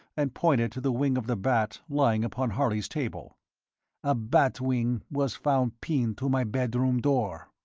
and pointed to the wing of the bat lying upon harley's table a bat wing was found pinned to my bedroom door.